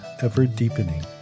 ever-deepening